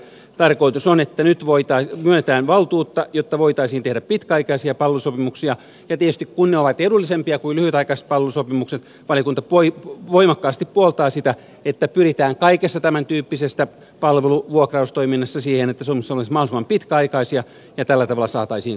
tarkoitus on että nyt myönnetään valtuutta jotta voitaisiin tehdä pitkäaikaisia palvelusopimuksia ja tietysti kun ne ovat edullisempia kuin lyhytaikaiset palvelusopimukset valiokunta voimakkaasti puoltaa sitä että pyritään kaikessa tämän tyyppisessä palvelunvuokraustoiminnassa siihen että suomessa olisi mahdollisimman pitkäaikaisia ja tällä tavalla saataisiin kokonaissäästöjä